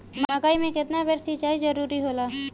मकई मे केतना बेर सीचाई जरूरी होला?